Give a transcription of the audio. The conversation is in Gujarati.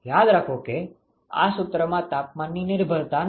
યાદ રાખો કે આ સુત્રમાં તાપમાનની નિર્ભરતા નથી